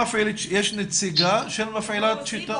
יש נציגה של מפעילת 'שיטה'?